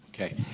okay